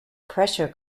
pressure